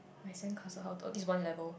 my sandcastle how tall it's one level